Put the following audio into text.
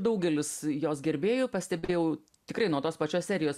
daugelis jos gerbėjų pastebėjau tikrai nuo tos pačios serijos